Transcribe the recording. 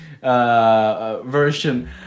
version